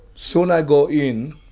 soon i go in,